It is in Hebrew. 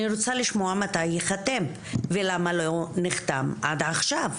אני רוצה לשמוע מתי ייחתם, ולמה לא נחתם עד עכשיו.